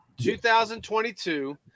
2022